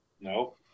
no